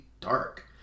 dark